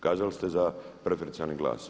Kazali ste za preferencijalni glas.